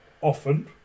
often